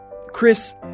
Chris